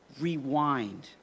rewind